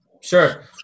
Sure